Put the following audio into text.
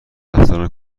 افسران